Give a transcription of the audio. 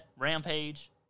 Rampage